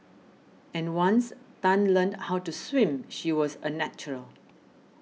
and once Tan learnt how to swim she was a natural